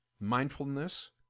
mindfulness